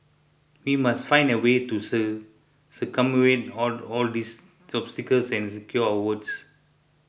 we must find a way to sir circumvent all all these obstacles and secure our votes